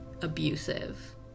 abusive